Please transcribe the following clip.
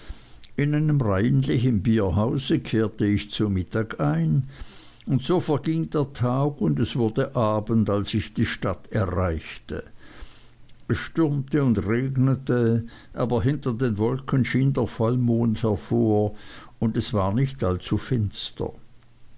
in einem reinlichen bierhause kehrte ich zu mittag ein und so verging der tag und es wurde abend als ich die stadt erreichte es stürmte und regnete aber hinter den wolken schien der vollmond hervor und es war nicht allzu finster